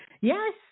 Yes